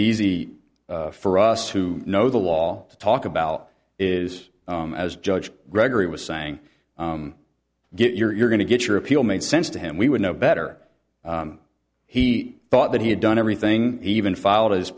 easy for us to know the law to talk about is as judge gregory was saying you're going to get your appeal made sense to him we would know better he thought that he had done everything even filed